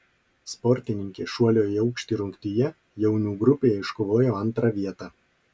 sportininkė šuolio į aukštį rungtyje jaunių grupėje iškovojo antrą vietą